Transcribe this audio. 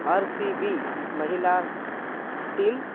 R C B महिला team